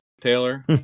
Taylor